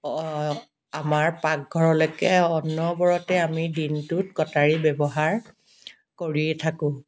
অ' আমাৰ পাকঘৰলৈকে অনবৰতে আমি দিনটোত কটাৰী ব্যৱহাৰ কৰিয়ে থাকো